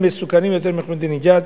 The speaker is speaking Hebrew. הם מסוכנים יותר מאחמדינג'אד?